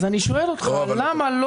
אני שואל אותך למה לא